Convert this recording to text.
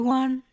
one